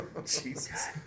Jesus